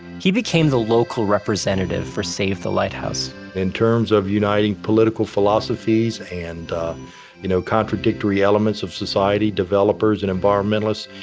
he became the local representative for save the lighthouse in terms of uniting political philosophies and you know, contradictory elements of society, developers and environmentalists,